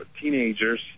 teenagers